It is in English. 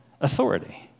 authority